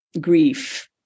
grief